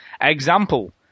Example